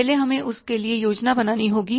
पहले हमें उसके लिए योजना बनानी होगी